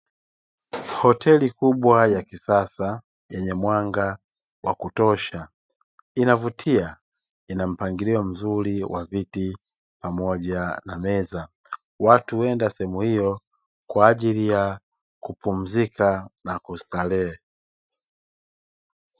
Hoteli kubwa ya kisasa yenye mwanga wa kutosha inavutia ina mpangilio mzuri wa viti pamoja na meza watu huenda sehemu hiyo kwa ajili ya kupumzika na kustarehe